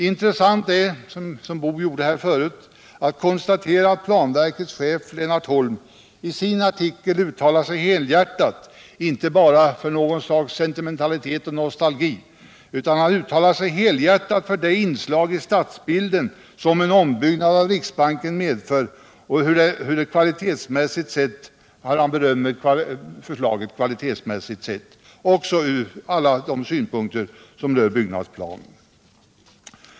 Intressant är också att konstatera. som Karl Boo gjorde här förut, att planverkets chef, Lennart Holm, i en artikel uttalar sig helhjärtat - inte i något slags sentimentalitet och nostalgi — för det inslag i stadsbilden som en ombyggnad av riksbanken medför och berömmer förslaget kvalitetsmässigt sett, också från alla de synpunkter som rör byggnadsplanen.